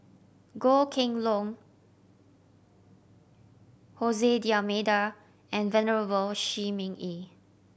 Goh Kheng Long Hose D'Almeida and Venerable Shi Ming Yi